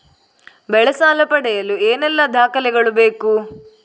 ಬೆಳೆ ಸಾಲ ಪಡೆಯಲು ಏನೆಲ್ಲಾ ದಾಖಲೆಗಳು ಬೇಕು?